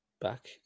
back